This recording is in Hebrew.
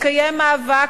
מתקיים מאבק,